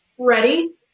Ready